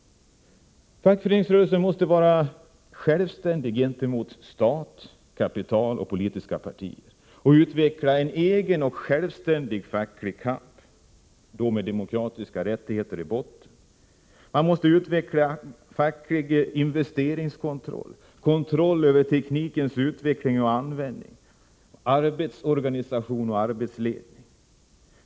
Fackföreningsrörelsen måste vara självständig gentemot stat, kapital och politiska partier och utveckla en egen och självständig facklig kamp, med demokratiska rättigheter som grund. Man måste utveckla facklig investeringskontroll, kontroll över teknikens utveckling och användning samt arbetsorganisation och arbetsledning.